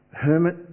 Hermit